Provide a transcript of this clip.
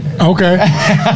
Okay